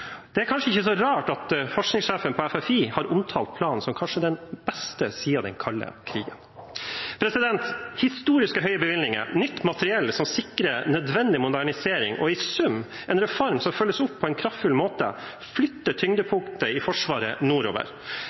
Det er kanskje ikke så rart at forskningssjefen på FFI har omtalt planen som kanskje den beste siden den kalde krigen. Historisk høye bevilgninger, nytt materiell som sikrer nødvendig modernisering, og i sum en reform som følges opp på en kraftfull måte, flytter tyngdepunktet i Forsvaret nordover.